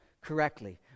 correctly